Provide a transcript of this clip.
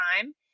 time